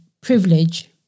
privilege